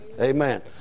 Amen